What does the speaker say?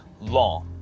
law